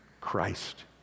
Christ